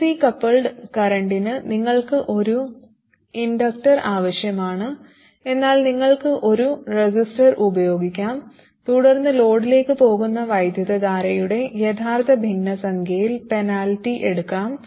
AC coupled കറന്റിന് നിങ്ങൾക്ക് ഒരു ഇൻഡക്റ്റർ ആവശ്യമാണ് എന്നാൽ നിങ്ങൾക്ക് ഒരു റെസിസ്റ്റർ ഉപയോഗിക്കാം തുടർന്ന് ലോഡിലേക്ക് പോകുന്ന വൈദ്യുതധാരയുടെ യഥാർത്ഥ ഭിന്നസംഖ്യയിൽ പെനാൽറ്റി എടുക്കാം